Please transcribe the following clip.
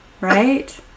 Right